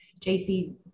JC